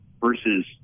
versus